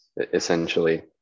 essentially